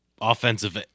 offensive